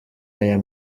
aya